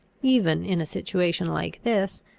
even in a situation like this,